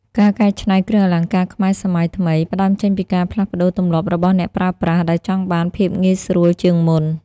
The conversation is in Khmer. ការកែច្នៃគ្រឿងអលង្ការខ្មែរសម័យថ្មី ផ្ដើមចេញពីការផ្លាស់ប្តូរទម្លាប់របស់អ្នកប្រើប្រាស់ ដែលចង់បានភាពងាយស្រួលជាងមុន។